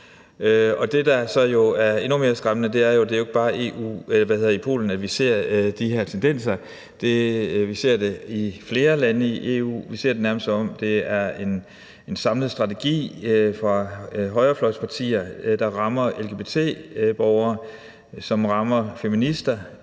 det, der så er endnu mere skræmmende, er jo, at det ikke bare er i Polen, vi ser de her tendenser. Vi ser det i flere lande i EU; vi ser det nærmest, som om det er en samlet strategi fra højrefløjspartier, der rammer lgbt-borgere, der rammer feminister,